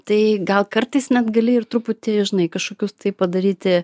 tai gal kartais net gali ir truputį žinai kažkokius tai padaryti